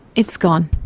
it's gone.